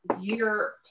year